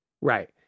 right